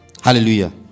Hallelujah